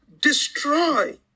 destroy